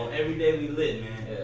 every day we lit